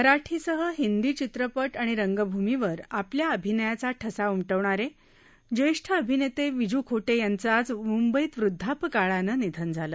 मराठीसह हिंदी चित्रपट आणि रंगभूमीवर आपल्या अभिनयाचा ठसा उमटवणारे ज्येष्ठ अभिनेते विजू खोटे यांचं आज मुंबईत वृद्धापकाळानं निधन झालं